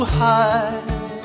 high